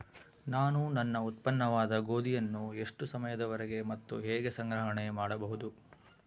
ನಾನು ನನ್ನ ಉತ್ಪನ್ನವಾದ ಗೋಧಿಯನ್ನು ಎಷ್ಟು ಸಮಯದವರೆಗೆ ಮತ್ತು ಹೇಗೆ ಸಂಗ್ರಹಣೆ ಮಾಡಬಹುದು?